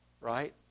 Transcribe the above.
right